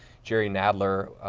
jerry nadler,